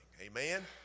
Amen